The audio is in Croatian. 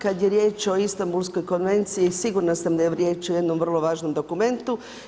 Kad je riječ o Istambulskoj konvenciji sigurna sam da je riječ o jednom vrlo važnom dokumentu.